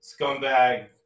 scumbag